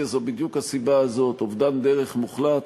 זו בדיוק הסיבה הזאת: אובדן דרך מוחלט,